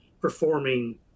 performing